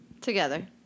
Together